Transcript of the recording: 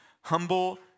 Humble